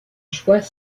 choix